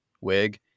wig